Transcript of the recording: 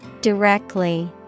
Directly